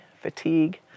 fatigue